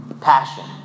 passion